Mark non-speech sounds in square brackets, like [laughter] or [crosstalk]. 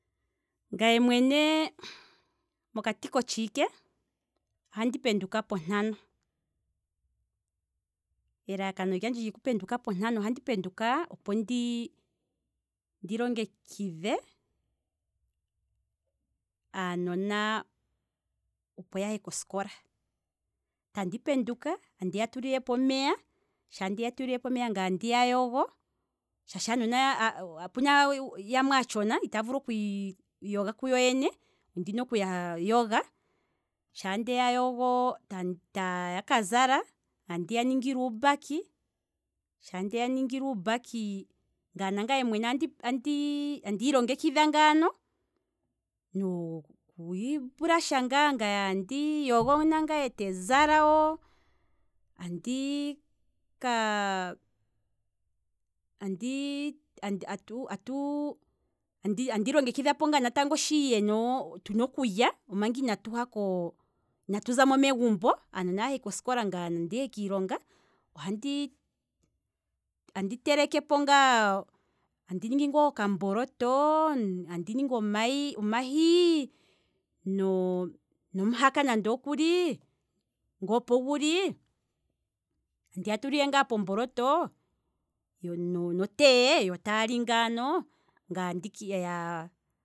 Ngaye mwene mokati kotshiike ohandi penduka pontano, elalakano lyandje lyoku penduka pontano ohandi penduka opo ndi, ndi longekidhe aanona opo yahe kosikola, tandi penduka, andiya tulilepo omeya, shampa ndeya tu lilepo omeya ngaye andiya yogo, shaashi aanona opena yamwe aatshona itaya vulu okwii yoga yo yene ondina okuya yoga, shaa ndeya yogo taya ka zala, shaa ndeya ningile uumbaki, nagye nangaye mwene andi ilongekidha ngaano, nokwii brush ngaano, andi iyogo nangaye te zala wo, andika, atu [hesitation] andi longekidhapo ngaa natango shi yena, tuna okulya, manga inatu zamo megumbo aanona yahe kosikola nangaye ndihe kiilonga, ohandi telekepo ngaa, andi ningi ngaa okamboloto, andi ningi omahi, nomuhaka nande okuli nge opoguli, andiya tulile nga pomboloto, no tea yo taali ngaano, ngaye andike ya